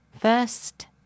First